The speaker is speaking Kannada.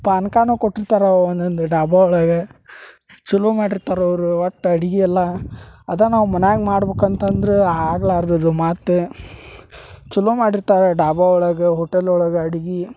ಪಾನ್ಕಾನು ಕೊಟ್ಟಿರ್ತಾರೆ ಒನ್ನೊಂದು ಡಾಬಾ ಒಳಗೆ ಛಲೋ ಮಾಡಿರ್ತಾರೆ ಅವರು ಒಟ್ ಅಡಿಗೆ ಎಲ್ಲಾ ಅದ ನಾವು ಮನ್ಯಾಗ ಮಾಡ್ಬೇಕಂತಂದ್ರ ಆಗ್ಲಾರ್ದ ಅದ ಮಾತು ಛಲೋ ಮಾಡಿರ್ತಾರೆ ಡಾಬಾ ಒಳಗೆ ಹೋಟೆಲ್ ಒಳಗೆ ಅಡಿಗೆ